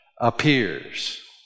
appears